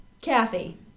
Kathy